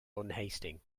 unhasting